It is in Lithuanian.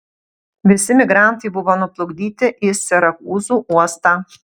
visi migrantai buvo nuplukdyti į sirakūzų uostą